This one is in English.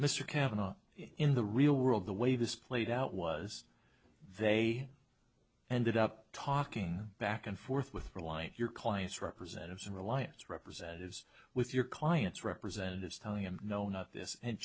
cavanaugh in the real world the way this played out was they ended up talking back and forth with reliant your clients representatives and reliance representatives with your clients representatives telling him no no this and